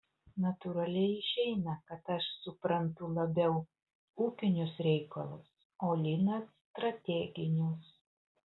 natūraliai išeina kad aš suprantu labiau ūkinius reikalus o linas strateginius